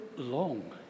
Long